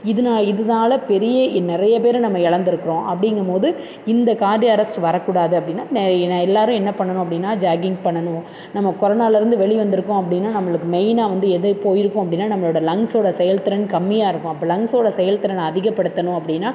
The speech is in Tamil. இதுனா இதுனால பெரிய நிறைய பேர நம்ம எழுந்துருக்குறோம் அப்படிங்கம் போது இந்த கார்டியா அரெஸ்ட் வரக்கூடாது அப்படின்னா நிறைய ந எல்லோரும் என்ன பண்ணணும் அப்படின்னா ஜாகிங் பண்ணணும் நம்ம கொரோனாவிலருந்து வெளி வந்திருக்கோம் அப்படின்னா நம்மளுக்கு மெயின்னாக வந்து எது போயிருக்கும் அப்படின்னா நம்மளோடய லங்ஸோடய செயல்திறன் கம்மியாக இருக்கும் அப்போ லங்ஸோடு செயல் திறன் அதிகப்படுத்தணும் அப்படின்னா